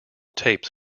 tapes